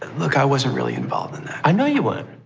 look, i wasn't really involved in that. i know you weren't.